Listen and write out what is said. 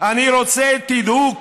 אני רוצה שתדעו,